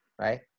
right